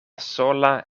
sola